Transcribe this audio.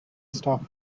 staff